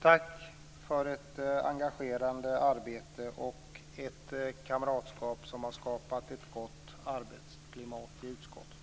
Tack för ett engagerat arbete och för ett gott kamratskap som har bidragit till att skapa ett gott arbetsklimat i utskottet!